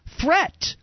threat